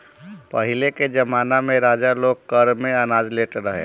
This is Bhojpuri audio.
पहिले के जमाना में राजा लोग कर में अनाज लेत रहे